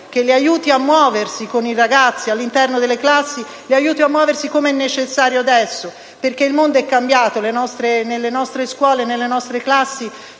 Grazie,